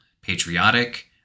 patriotic